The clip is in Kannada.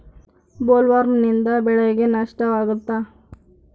ಬೊಲ್ವರ್ಮ್ನಿಂದ ಬೆಳೆಗೆ ನಷ್ಟವಾಗುತ್ತ?